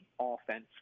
offense